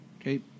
Okay